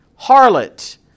harlot